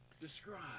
Describe